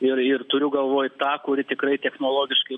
ir ir turiu galvoj tą kuri tikrai technologiškai